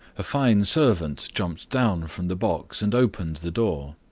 a fine servant jumped down from the box and opened the door.